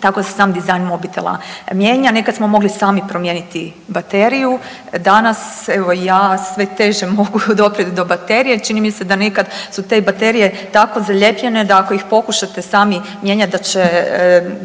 tako se sam dizajn mobitela mijenja. Nekad smo mogli sami promijeniti bateriju, danas evo ja mogu sve teže mogu doprijet do baterije, čini mi se da nekad te baterije tako zalijepljene da ako ih pokušate sami mijenjati da će